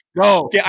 go